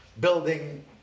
building